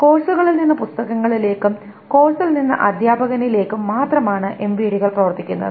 കോഴ്സുകളിൽ നിന്ന് പുസ്തകത്തിലേക്കും കോഴ്സിൽ നിന്ന് അധ്യാപകനിലേക്കും മാത്രമാണ് എംവിഡികൾ പ്രവർത്തിക്കുന്നത്